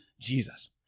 Jesus